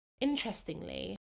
Interestingly